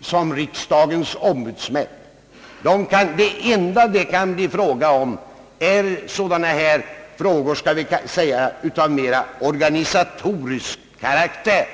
såsom riksdagens ombudsmän. Det enda som kan bli föremål för rådfrågning med samrådsorganet är frågor av mera organisatorisk karaktär.